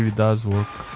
does work.